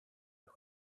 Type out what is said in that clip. who